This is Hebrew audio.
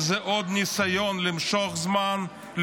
זה עוד ניסיון למשוך זמן,